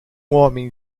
homem